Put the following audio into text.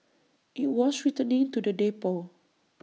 IT was returning to the depot